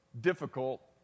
difficult